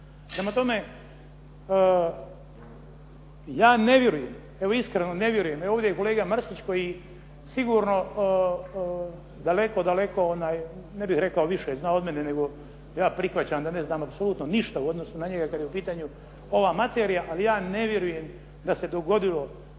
Prema tome, ja ne vjerujem, evo iskreno ne vjerujem. Ovdje je kolega Mrsić koji sigurno daleko, daleko, ne bih rekao više zna od mene, nego ja prihvaćam da ne znam apsolutno ništa u odnosu na njega kad je u pitanju ova materija, ali ja ne vjerujem da se dogodilo